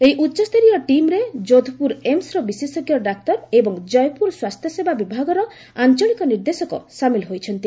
ଏହି ଉଚ୍ଚସରୀୟ ଟିମ୍ରେ ଜୋଧପୁର ଏମସ୍ର ବିଶେଷଜ୍ଞ ଡାକ୍ତର ଏବଂ ଜୟପୁର ସ୍ୱାସ୍ଥ୍ୟସେବା ବିଭାଗର ଆଞ୍ଚଳିକ ନିର୍ଦ୍ଦେଶକ ସାମିଲ ଅଛନ୍ତି